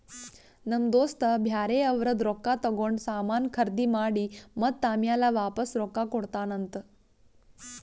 ನಮ್ ದೋಸ್ತ ಬ್ಯಾರೆ ಅವ್ರದ್ ರೊಕ್ಕಾ ತಗೊಂಡ್ ಸಾಮಾನ್ ಖರ್ದಿ ಮಾಡಿ ಮತ್ತ ಆಮ್ಯಾಲ ವಾಪಾಸ್ ರೊಕ್ಕಾ ಕೊಡ್ತಾನ್ ಅಂತ್